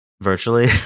virtually